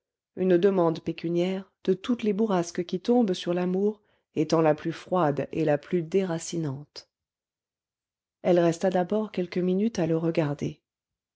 une demande pécuniaire de toutes les bourrasques qui tombent sur l'amour étant la plus froide et la plus déracinante elle resta d'abord quelques minutes à le regarder